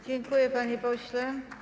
Dziękuję, panie pośle.